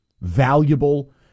valuable